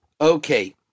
Okay